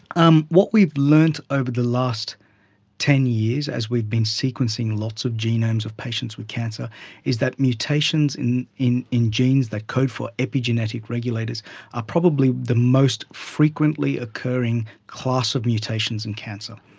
um what we've learned over the last ten years as we've been sequencing lots of genomes of patients with cancer is that mutations in in genes that code for epigenetic regulators are probably the most frequently occurring class of mutations in cancer.